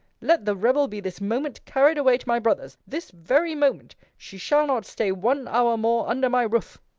let the rebel be this moment carried away to my brother's this very moment she shall not stay one hour more under my roof!